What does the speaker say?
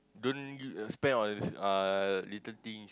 don't give spend on all this uh little things